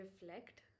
reflect